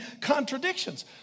contradictions